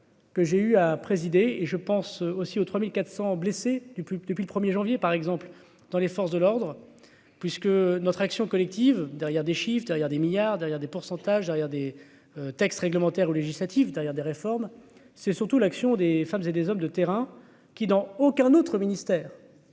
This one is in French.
Que j'ai eu à présider et je pense aussi aux 3400 blessés du plus depuis le 1er janvier par exemple dans les forces de l'ordre puisque notre action collective, derrière des chiffres derrière des milliards derrière des pourcentages derrière des textes réglementaires ou logiciel. Derrière des réformes, c'est surtout l'action des femmes et des hommes de terrain qui, dans aucun autre ministère.